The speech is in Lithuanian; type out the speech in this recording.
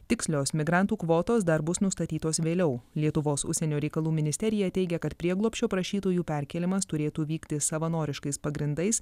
tikslios migrantų kvotos dar bus nustatytos vėliau lietuvos užsienio reikalų ministerija teigia kad prieglobsčio prašytojų perkėlimas turėtų vykti savanoriškais pagrindais